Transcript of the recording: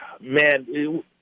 man